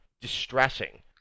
distressing